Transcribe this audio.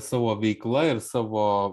savo veikla ir savo